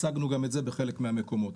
הצגנו גם את זה בחלק מהמקומות.